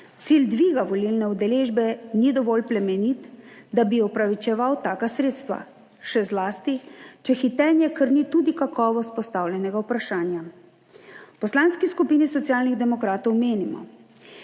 Cilj dviga volilne udeležbe ni dovolj plemenit, da bi opravičeval taka sredstva, še zlasti, če hitenje krni tudi kakovost postavljenega vprašanja. V Poslanski skupini Socialnih demokratov menimo,